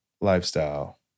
lifestyle